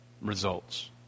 results